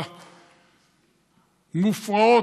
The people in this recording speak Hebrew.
המופרעות,